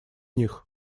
них